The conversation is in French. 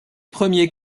premiers